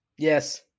Yes